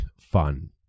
fun